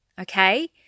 okay